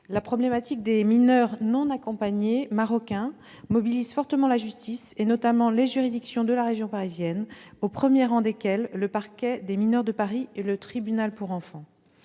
La problématique des mineurs non accompagnés marocains mobilise fortement la justice, notamment les juridictions de la région parisienne, au premier rang desquelles le parquet des mineurs de Paris et le tribunal pour enfants.